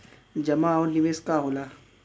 जमा और निवेश का होला?